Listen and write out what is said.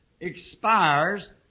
expires